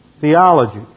theology